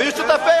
ולאחראים,